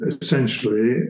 essentially